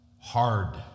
Hard